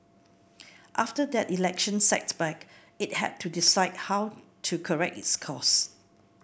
after that election setback it had to decide how to correct its course